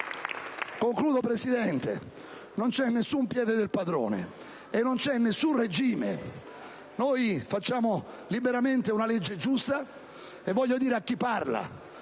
concludo, signor Presidente - non c'è nessun piede del padrone e non c'è nessun regime. Noi facciamo liberamente una legge giusta. Voglio dire a chi parla,